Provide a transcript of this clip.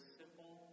simple